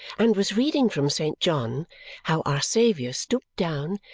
and was reading from st. john how our saviour stooped down,